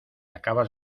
acabas